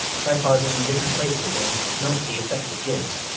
try pausing in different places and note the effect it gives.